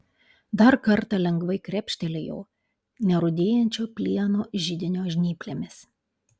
dar kartą lengvai kepštelėjau nerūdijančio plieno židinio žnyplėmis